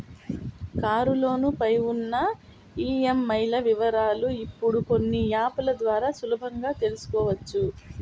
కారులోను పై ఉన్న ఈఎంఐల వివరాలను ఇప్పుడు కొన్ని యాప్ ల ద్వారా సులువుగా తెల్సుకోవచ్చు